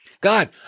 God